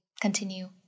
continue